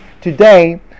today